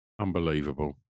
Unbelievable